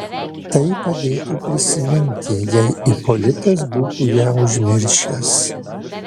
tai padėtų prisiminti jei ipolitas būtų ją užmiršęs